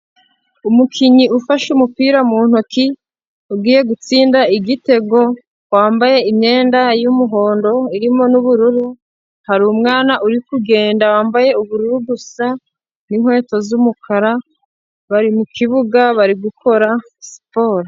Umukinnyi ufashe umupira mu ntoki, ugiye gutsinda igitego, wambaye imyenda y'umuhondo irimo nubururu, hari umwana uri kugenda yambaye ubururu gusa, n'inkweto z'umukara bari mukibuga, bari gukora siporo.